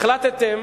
החלטתם,